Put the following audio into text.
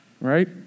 right